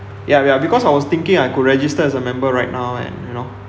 ya ya because I was thinking I could register as a member right now and you know